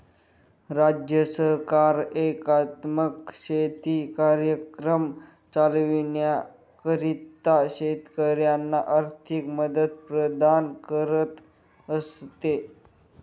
राज्य सरकार एकात्मिक शेती कार्यक्रम चालविण्याकरिता शेतकऱ्यांना आर्थिक मदत प्रदान करत असते